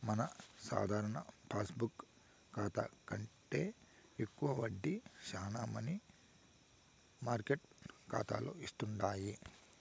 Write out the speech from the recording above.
మన సాధారణ పాస్బుక్ కాతా కంటే ఎక్కువ వడ్డీ శానా మనీ మార్కెట్ కాతాలు ఇస్తుండాయి